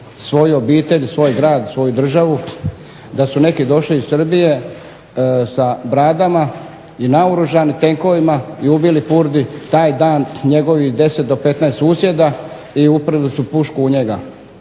svoju obitelj, svoj grad, svoju državu, da su neki došli iz Srbije sa bradama i naoružani tenkovima i ubili Purdi taj dan njegovih 10 do 15 susjeda i uprli su pušku u njega.